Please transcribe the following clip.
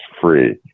free